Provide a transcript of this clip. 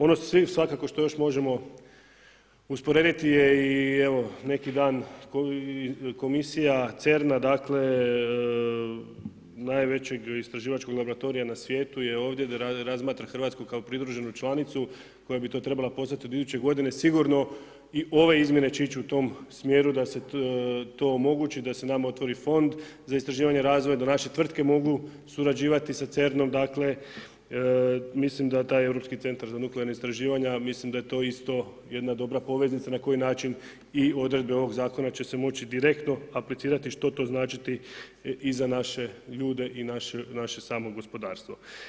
Ono što svi svakako još možemo usporediti je i evo neki dan komisija CERN-a, najvećeg istraživačkog laboratorija na svijetu je ovdje da razmatra Hrvatsku kao pridruženu članicu koja bi to trebala postati od iduće godine, sigurno i ove izmjene će ići u tom smjeru da se to omogući, da se nama otvori fond za istraživanje i razvoj, da naše tvrtke mogu surađivati sa CERN-om, dakle mislim da taj Europski centar za nuklearna istraživanja, mislim da je to isto jedna dobra poveznica na koji način i odredbe ovog zakona će se moći direktno aplicirati što to znači i za naše ljude i naše samo gospodarstvo.